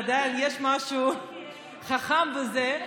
יש משהו חכם בזה.